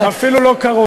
אפילו לא קרוב לזה.